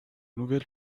nouvelle